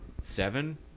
seven